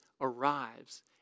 arrives